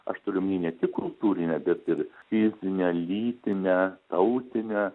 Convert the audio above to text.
aš turiu omeny ne tik kultūrinę bet ir fizinę lytinę tautinę